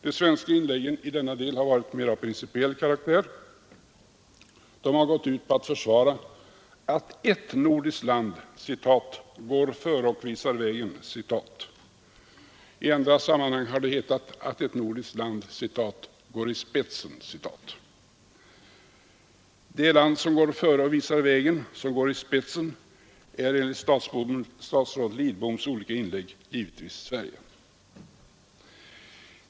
De svenska inläggen i denna del har varit mera av principiell karaktär. De har gått ut på att försvara att ett nordiskt land ”går före och visar vägen”. I andra sammanhang har det hetat, att ett nordiskt land ”går i spetsen”. Det land som går före och visar vägen, går i spetsen, är enligt statsrådet Lidboms olika inlägg givetvis Sverige.